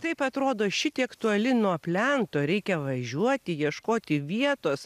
taip atrodo šitiek toli nuo plento reikia važiuoti ieškoti vietos